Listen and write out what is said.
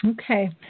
Okay